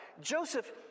Joseph